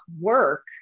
work